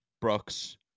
Brooks